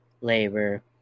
labor